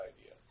idea